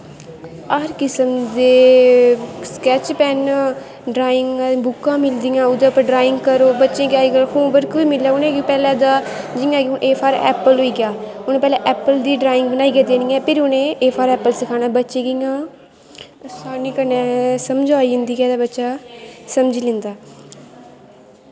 हर किसम दे sketch pen drawing बुक्कां मिलदियां ओह्दै पर ड्राइंग करो बच्चें गी अजकल्ल होमबर्क मिलै उ'नें गी पैह्लै तां जि'यां ए फार ऐपल होई गेआ हून पैह्ले ऐप्पल दी ड्राइंग बनाइयै देनी ऐ फिर ए फार ऐप्पल सखाना बच्चें गी आसानी कन्नै समझ आई जंदा ऐ ते बच्चा समझी लैंदा